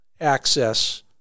access